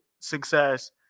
success